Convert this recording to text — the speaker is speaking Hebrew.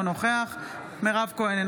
אינו נוכח מירב כהן,